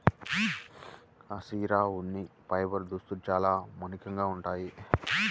cashmere ఉన్ని fibre దుస్తులు చాలా మన్నికగా ఉంటాయి